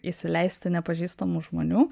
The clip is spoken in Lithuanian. įsileisti nepažįstamų žmonių